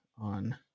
on